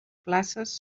places